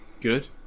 good